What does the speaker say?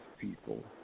people